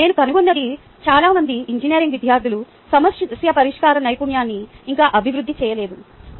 నేను కనుగొన్నది చాలా మంది ఇంజనీరింగ్ విద్యార్థులు సమస్య పరిష్కార నైపుణ్యాన్ని ఇంకా అభివృద్ధి చేయలేదు